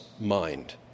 mind